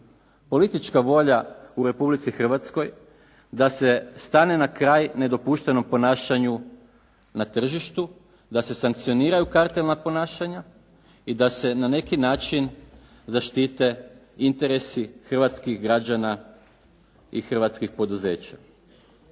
politička volja u Republici Hrvatskoj da se stane na kraj nedopuštenom ponašanju na tržištu, da se sankcioniraju kartelna ponašanja i da se na neki način zaštite interesi hrvatskih građana i hrvatskih poduzeća.